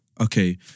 Okay